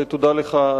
ותודה לך,